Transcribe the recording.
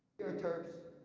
we are terps,